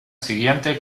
siguiente